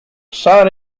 sœur